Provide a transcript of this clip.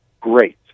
great